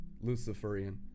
Luciferian